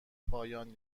پایان